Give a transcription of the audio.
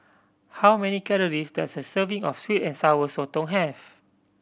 how many calories does a serving of sweet and Sour Sotong have